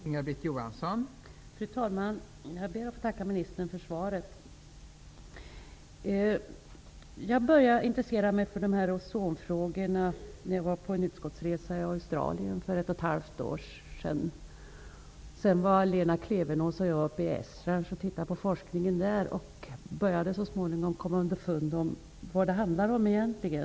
Fru talman! Jag ber att få tacka ministern för svaret. Jag började intressera mig för ozonfrågor när jag var på en utskottsresa i Australien för ett och ett halvt år sedan. Efter det var jag och Lena Klevenås och tittade på forskningen uppe i Esrange, och jag började komma underfund med vad det egenligen handlar om.